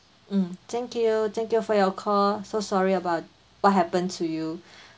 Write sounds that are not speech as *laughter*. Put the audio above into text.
mm thank you thank you for your call so sorry about what happened to you *breath*